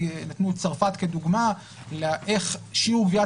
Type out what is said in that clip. ונתנו את צרפת כדוגמה לאיך שיעור גביית